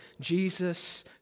Jesus